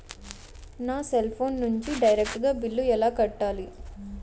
నా cell phone నుంచి direct గా బిల్లు ఎలా కట్టాలి?